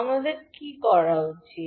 আমাদের কী করা উচিত